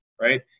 right